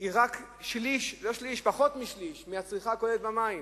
היא פחות משליש מהצריכה הכוללת של המים.